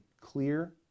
clear